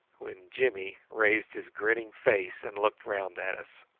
when jimmy raised his grinning face and looked round at us.